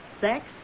sex